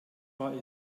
war